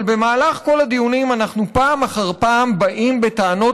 אבל במהלך כל הדיונים אנחנו פעם אחר פעם באים בטענות